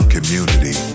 community